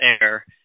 air